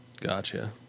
Gotcha